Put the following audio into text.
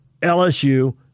LSU